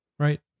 Right